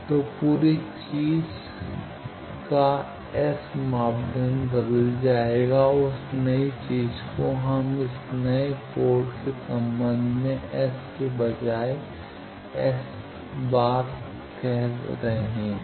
तो पूरी चीज़ का S मापदंड बदल जाएगा और उस नई चीज़ को हम इस नए पोर्ट के संबंध में S के बजाय S कह रहे हैं